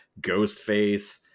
Ghostface